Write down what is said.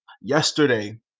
yesterday